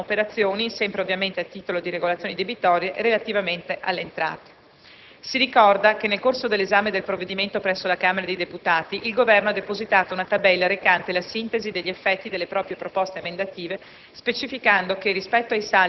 Analogamente, non si registrano operazioni - sempre ovviamente a titolo di regolazioni debitorie - relativamente alle entrate. Si ricorda che nel corso dell'esame del provvedimento presso la Camera dei deputati il Governo ha depositato una tabella recante la sintesi degli effetti delle proprie proposte emendative,